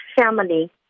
family